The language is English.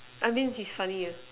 I mean he's funny yeah